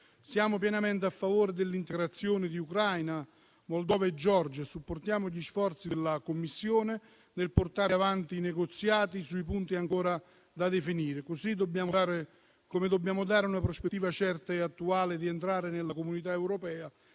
Siamo pienamente a favore dell'integrazione di Ucraina, Moldova e Georgia e supportiamo gli sforzi della Commissione nel portare avanti i negoziati sui punti ancora da definire, così come dobbiamo dare una prospettiva certa e attuale di entrare nell'Unione europea